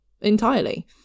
entirely